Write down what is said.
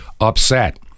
upset